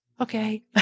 okay